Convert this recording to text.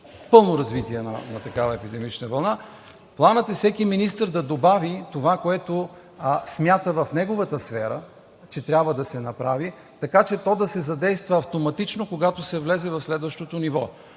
пълно развитие на такава епидемична вълна. Планът е всеки министър да добави това, което смята в неговата сфера, че трябва да се направи, така че то да се задейства автоматично, когато се влезе в следващото ниво.